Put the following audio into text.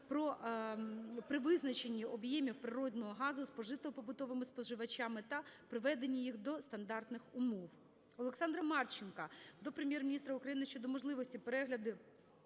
при визначенні об'ємів природного газу спожитого побутовими споживачами та приведенні їх до стандартних умов. Олександра Марченка до Прем'єр-міністра України щодо можливості переглянути